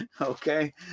Okay